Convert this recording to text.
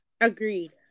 Agreed